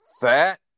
fat